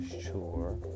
sure